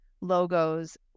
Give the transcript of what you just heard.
logos